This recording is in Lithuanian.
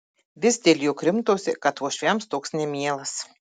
vis dėl jo krimtosi kad uošviams toks nemielas